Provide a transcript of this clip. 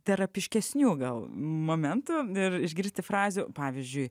terapiškesnių gal momentų ir išgirsti frazių pavyzdžiui